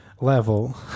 Level